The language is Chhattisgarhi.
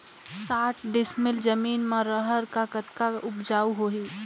साठ डिसमिल जमीन म रहर म कतका उपजाऊ होही?